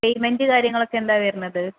payment കാര്യങ്ങളൊക്കെ എന്താണ് വരുന്നത്